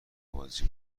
بازی